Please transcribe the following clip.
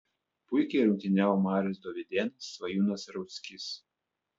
puikiai rungtyniavo marius dovydėnas svajūnas rauckis